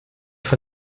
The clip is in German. von